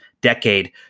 decade